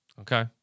Okay